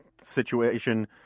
situation